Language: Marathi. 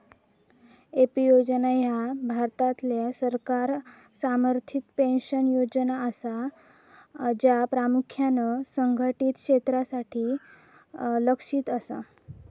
ए.पी योजना ह्या भारतातल्या सरकार समर्थित पेन्शन योजना असा, ज्या प्रामुख्यान असंघटित क्षेत्रासाठी लक्ष्यित असा